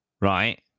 right